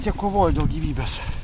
tiek kovojo dėl gyvybės